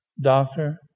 doctor